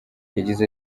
yagize